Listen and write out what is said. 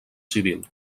civil